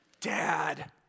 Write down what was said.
Dad